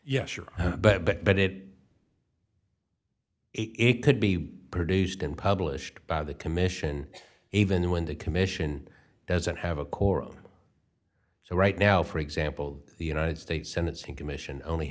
yes sure but but but it it could be produced and published by the commission even when the commission doesn't have a core on so right now for example the united states senate seat commission only